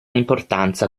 importanza